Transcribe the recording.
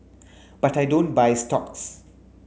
but I don't buy stocks